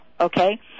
okay